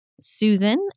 Susan